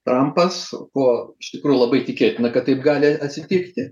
trampas ko iš tikrųjų labai tikėtina kad taip gali atsitikti